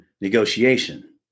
negotiation